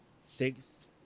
six